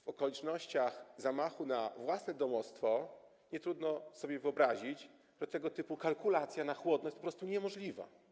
W okolicznościach zamachu na własne domostwo nie jest trudno sobie wyobrazić, że tego typu kalkulacja na chłodno jest po prostu niemożliwa.